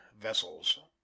vessels